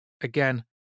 Again